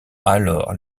alors